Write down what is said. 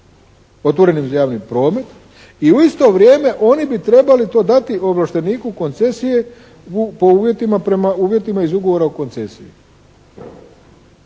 otvorenim za javni promet i u isto vrijeme oni bi trebali to dati ovlašteniku koncesije po uvjetima prema uvjetima iz ugovora o koncesiji.